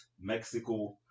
mexico